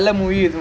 ya